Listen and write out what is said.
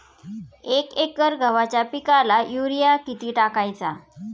एक एकर गव्हाच्या पिकाला युरिया किती टाकायचा?